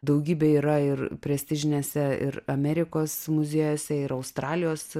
daugybė yra ir prestižinėse ir amerikos muziejuose ir australijos